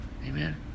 Amen